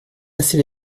assez